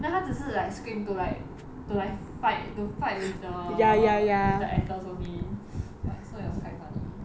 他只是 like scream to like to like fight to fight with the with the actors only but so it was quite funny